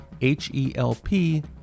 H-E-L-P